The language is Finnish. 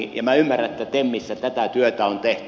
minä ymmärrän että temissä tätä työtä on tehty